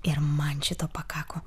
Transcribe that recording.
ir man šito pakako